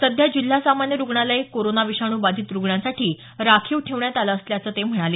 सध्या जिल्हा सामान्य रूग्णालय कोरोना विषाणू बाधित रूग्णांसाठी राखीव ठेवण्यात आलं असल्याचं ते म्हणाले